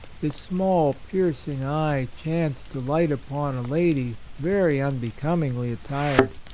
his small, piercing eye chanced to light upon a lady very unbecom ingly attired.